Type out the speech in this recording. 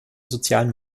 sozialen